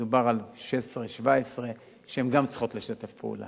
מדובר על בנות 16 17, שהן גם צריכות לשתף פעולה,